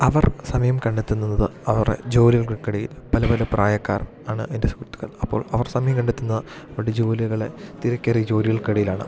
അവർ സമയം കണ്ടെത്തുന്നത് അവറെ ജോലികൾക്കിടയില് പല പല പ്രായക്കാർ ആണ് എൻ്റെ സുഹൃത്തുക്കള് അപ്പോൾ അവർ സമയം കണ്ടെത്തുന്ന അവരുടെ ജോലികളെ തിരക്കേറിയ ജോലികൾക്കിടയിലാണ്